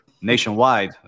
nationwide